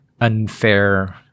unfair